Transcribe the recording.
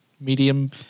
medium